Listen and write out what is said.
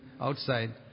outside